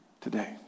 today